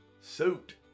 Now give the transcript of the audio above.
suit